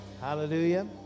hallelujah